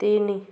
ତିନି